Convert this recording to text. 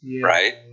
right